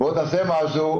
"בוא תעשה משהו",